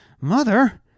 Mother